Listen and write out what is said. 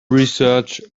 research